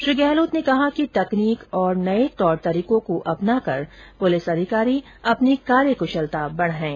श्री गहलोत ने कहा कि तकनीक और नए र्तोर तरीकों को अपनाकर पुलिस अधिकारी अपनी कार्य कुशलता बढ़ाएं